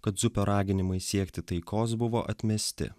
kad dzupio raginimai siekti taikos buvo atmesti